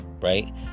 Right